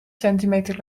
centimeter